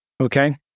Okay